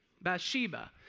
Bathsheba